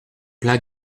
pleins